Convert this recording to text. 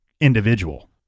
individual